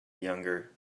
younger